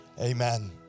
Amen